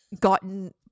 gotten